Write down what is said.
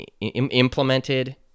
Implemented